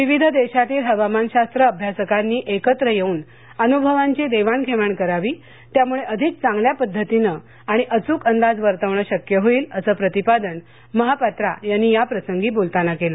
विविध देशातील हवामानशास्त्र अभ्यासकांनी एकत्र येऊन अन्भवांची देवाण घेवाण करावी त्यामुळे अधिक चांगल्या पद्धतीने आणि अच्रक अंदाज वर्तवणे शक्य होईल असं प्रतिपादन महापात्र यांनी या प्रसंगी बोलताना केलं